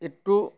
একটু